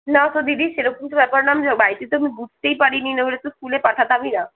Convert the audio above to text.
নাতো দিদি সেরকমতো ব্যাপার না বাড়িতে তো আমি বুঝতেই পারিনি নাহলে তো স্কুলে পাঠাতামই না